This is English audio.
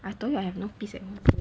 I told you I have no peace at home